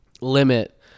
limit